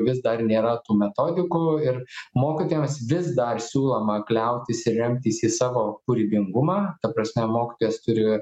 vis dar nėra tų metodikų ir mokytojams vis dar siūloma kliautis ir remtis į savo kūrybingumą ta prasme mokytojas turi